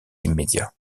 immédiat